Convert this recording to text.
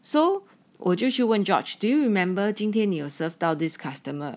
so 我就去问 george do remember 今天你有 serve this customer